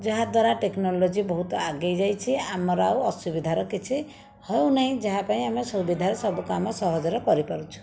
ଯାହାଦ୍ଵାରା ଟେକ୍ନୋଲୋଜି ବହୁତ ଆଗେଇ ଯାଇଛି ଆମର ଆଉ ଅସୁବିଧାର କିଛି ହେଉ ନାହିଁ ଯାହା ପାଇଁ ଆମେ ସୁବିଧାରେ ସବୁ କାମ ସହଜରେ କରିପାରୁଛୁ